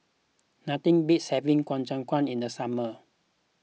nothing beats having Ku Chai Kuih in the summer